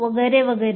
वगैरे वगैरे